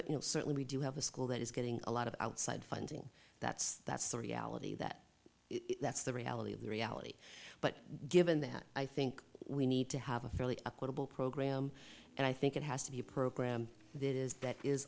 it certainly we do have a school that is getting a lot of outside funding that's that's the reality that that's the reality of the reality but given that i think we need to have a fairly accountable program and i think it has to be a program that is that is